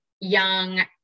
young